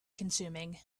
consuming